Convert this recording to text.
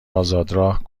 آزادراه